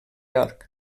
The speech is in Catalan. york